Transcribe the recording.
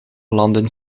landen